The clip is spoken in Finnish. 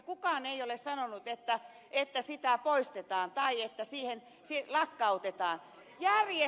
kukaan ei ole sanonut että se poistetaan tai lakkautetaan